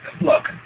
look